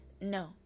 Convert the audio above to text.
No